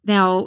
Now